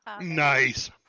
nice